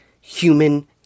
human